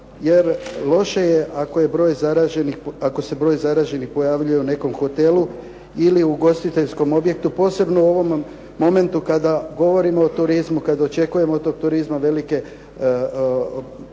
jer loše je ako se broj zaraženih pojavljuje u nekom hotelu ili ugostiteljskom objektu posebno u ovom momentu kada govorimo o turizmu, kad očekujemo od turizma velike mogućnosti